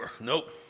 Nope